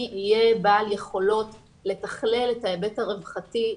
יהיה בעל יכולות לתכלל את ההיבט הרווחתי,